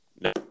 No